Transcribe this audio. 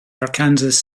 arkansas